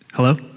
Hello